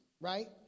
right